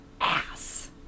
ass